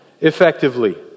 effectively